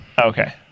okay